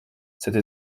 cette